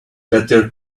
better